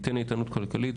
זה ייתן איתנות כלכלית.